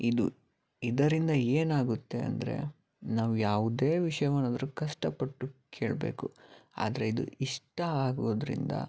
ಇದು ಇದರಿಂದ ಏನಾಗುತ್ತೆ ಅಂದ್ರೆದರೆ ನಾವು ಯಾವುದೇ ವಿಷಯವನ್ನಾದರು ಕಷ್ಟಪಟ್ಟು ಕೇಳಬೇಕು ಆದರೆ ಇದು ಇಷ್ಟ ಆಗೋದ್ರಿಂದ